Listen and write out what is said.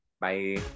bye